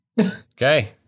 Okay